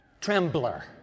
trembler